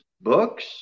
books